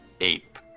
ape